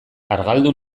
argaldu